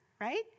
right